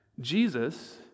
Jesus